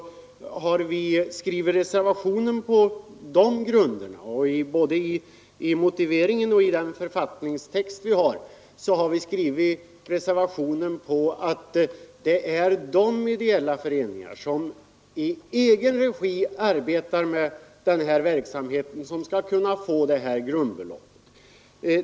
I reservationen har vi både i motiveringen och i författningstexten utgått från att det är de ideella föreningar som i egen regi arbetar med den här verksamheten som skall kunna få detta grundbelopp.